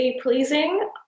pleasing